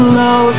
low